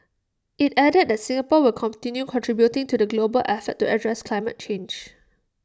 IT added that Singapore will continue contributing to the global effort to address climate change